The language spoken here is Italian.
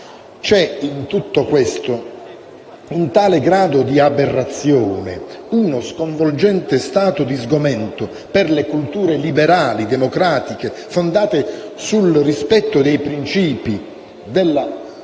In tutto questo c'è un tale grado di aberrazione, uno sconvolgente stato di sgomento per le culture liberali, democratiche, fondate sul rispetto dei principi, della